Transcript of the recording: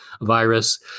virus